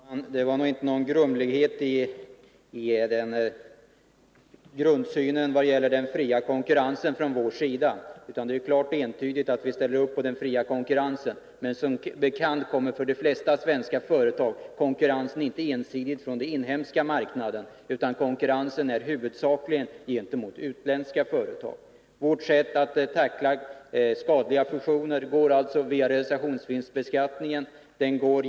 Fru talman! Det är nog inte någon grumlighet i grundsynen från vår sida vad gäller den fria konkurrensen. Vi ställer entydigt upp för den fria konkurrensen. Men som bekant kommer konkurrensen för de flesta svenska företag inte ensidigt från den inhemska marknaden, utan den kommer huvudsakligen från utländska företag. Vårt sätt att tackla skadliga fusioner är via realisationsvinstbeskattningen.